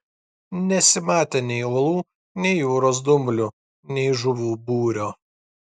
nesimatė nei uolų nei jūros dumblių nei žuvų būrio